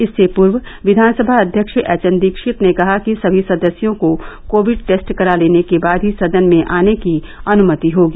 इससे पूर्व विघानसभा अध्यक्ष एच एन दीक्षित ने कहा कि समी सदस्यों को कोविड टेस्ट करा लेने के बाद ही सदन में आने की अनुमति होगी